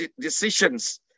decisions